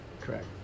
Correct